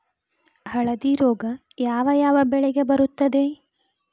ಹಳದಿ ರೋಗ ಯಾವ ಯಾವ ಬೆಳೆಗೆ ಬರುತ್ತದೆ?